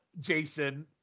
Jason